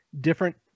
different